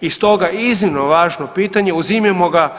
I stoga iznimno važno pitanje, uzimajmo ga